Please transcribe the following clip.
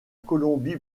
colombie